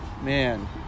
Man